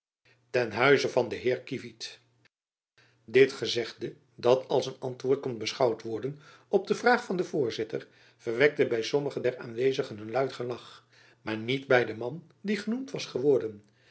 ten huize van den heer kievit dit gezegde dat als een antwoord kon beschouwd worden op de vraag van den voorzitter verwekte by sommigen der aanwezigen een luid gelach maar niet by den man die genoemd was geworden